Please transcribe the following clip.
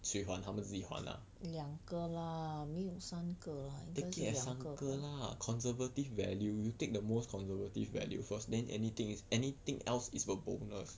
两个啦没有三个 lah 应该是两个